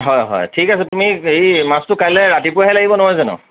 হয় হয় ঠিক আছে তুমি হেৰি মাছটো কাইলৈ ৰাতিপুৱাহে লাগিব নহয় জানো